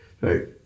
right